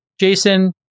Jason